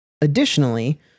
Additionally